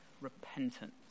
repentance